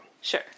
Sure